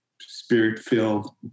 spirit-filled